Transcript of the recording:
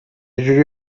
جوری